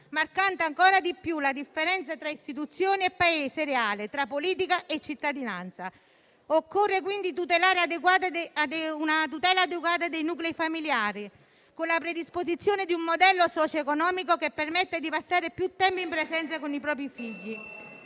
marcando ancora di più la differenza tra istituzioni e Paese reale, tra politica e cittadinanza. Occorre assicurare una tutela adeguata ai nuclei familiari, con la predisposizione di un modello socio-economico che permetta di passare più tempo in presenza con i propri figli.